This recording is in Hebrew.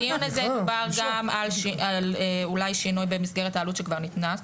בדיון הזה דובר גם על אולי שינוי במסגרת העלות שכבר ניתנה.